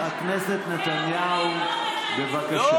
חבר הכנסת נתניהו, בבקשה.